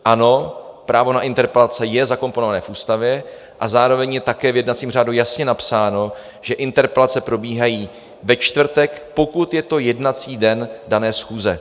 Ano, právo na interpelace je zakomponované v Ústavě a zároveň je také v jednacím řádu jasně napsáno, že interpelace probíhají ve čtvrtek, pokud je to jednací den dané schůze.